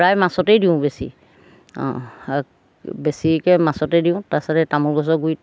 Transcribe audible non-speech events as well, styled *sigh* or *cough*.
প্ৰায় মাছতেই দিওঁ বেছি অঁ *unintelligible* বেছিকৈ মাছতে দিওঁ তাৰপিছতে এই তামোল গছৰ গুৰিত